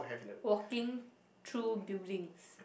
walking through buildings